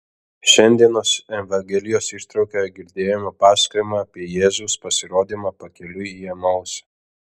šiandienos evangelijos ištraukoje girdėjome pasakojimą apie jėzaus pasirodymą pakeliui į emausą